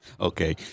Okay